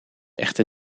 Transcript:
echter